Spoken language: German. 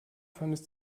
vermisst